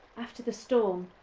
after the storm,